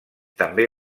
també